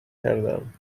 کردم